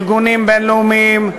ארגונים בין-לאומיים,